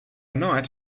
night